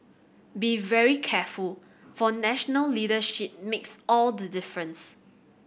be very careful for national leadership makes all the difference